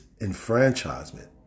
Enfranchisement